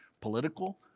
political